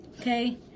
okay